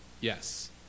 Yes